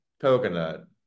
coconut